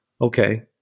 Okay